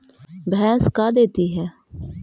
भैंस का देती है?